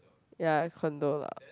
ya condo lah